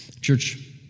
church